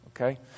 okay